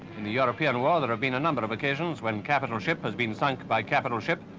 in the european war, there have been a number of occasions when capital ship has been sunk by capital ship.